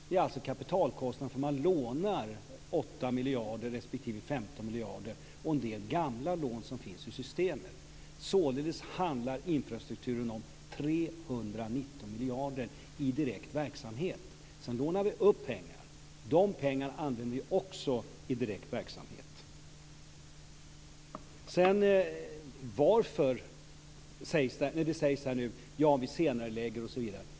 Det är alltså kapitalkostnader för att man lånar 8 miljarder respektive 15 miljarder och för en del gamla lån som finns i systemet. Således handlar infrastrukturen om 319 miljarder i direkt verksamhet. Sedan lånar vi upp pengar. De pengarna använder vi också i direkt verksamhet. Det sägs att vi senarelägger vissa saker.